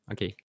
Okay